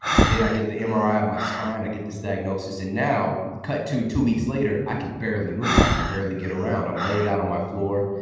and then i get the um ah mri of my spine. i get this diagnosis, and now, cut to two weeks later, i can barely move. i can barely get around. i'm laid out on my floor,